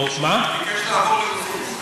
הוא ביקש לעבור למזוט.